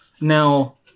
now